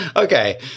Okay